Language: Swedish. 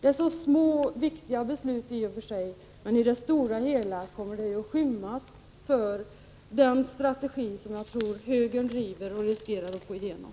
Det är små viktiga beslut i och för sig, men i det stora hela kommer de att skymmas av den strategi som jag tror att högern driver och som vi riskerar att den får igenom.